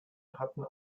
hatte